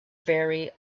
very